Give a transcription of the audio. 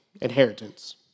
inheritance